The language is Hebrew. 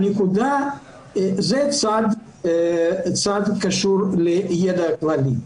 זה צד שקשור לידע כללי.